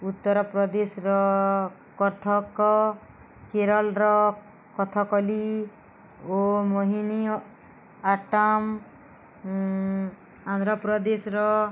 ଉତ୍ତରପ୍ରଦେଶର କଥକ କେରଲର କଥକଲି ଓ ମୋହିନୀ ଆଟମ୍ ଆନ୍ଧ୍ରପ୍ରଦେଶର